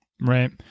right